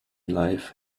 life